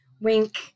Wink